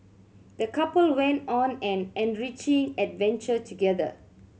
the couple went on an enriching adventure together